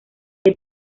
que